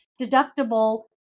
deductible